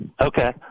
Okay